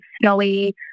snowy